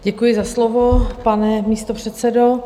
Děkuji za slovo, pane místopředsedo.